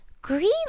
green